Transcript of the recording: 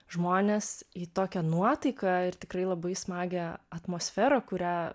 žmones į tokią nuotaiką ir tikrai labai smagią atmosferą kurią